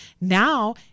Now